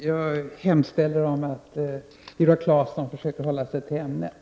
Jag hemställer att Viola Claesson försöker hålla sig till ämnet.